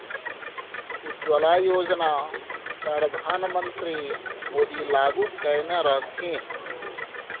उज्जवला योजना परधान मन्त्री मोदी लागू कएने रहथिन